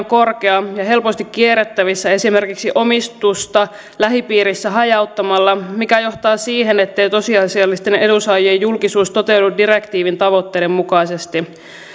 korkea ja helposti kierrettävissä esimerkiksi omistusta lähipiirissä hajauttamalla mikä johtaa siihen ettei tosiasiallisten edunsaajien julkisuus toteudu direktiivin tavoitteiden mukaisesti